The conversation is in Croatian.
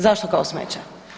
Zašto kao smeće?